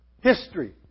History